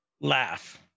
laugh